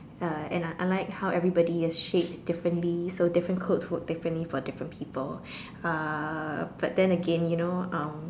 uh and uh I like how everybody is shaped differently so different clothes work differently for different people uh but then again you know um